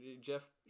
Jeff